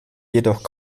jedoch